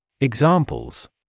Examples